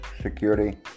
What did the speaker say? security